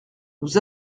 nous